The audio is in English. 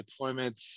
deployments